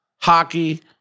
Hockey